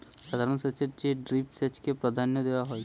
সাধারণ সেচের চেয়ে ড্রিপ সেচকে প্রাধান্য দেওয়া হয়